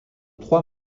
trois